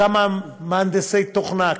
כמה מהנדסי תוכנה,